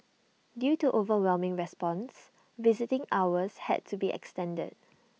due to overwhelming response visiting hours had to be extended